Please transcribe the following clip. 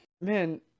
Man